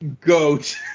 goat